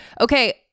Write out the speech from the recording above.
Okay